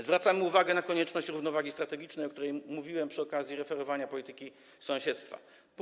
Zwracamy uwagę na konieczność zachowania równowagi strategicznej, o której mówiłem przy okazji referowania polityki sąsiedztwa.